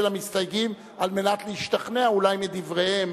המסתייגים על מנת להשתכנע אולי מדבריהם.